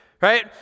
right